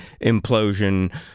implosion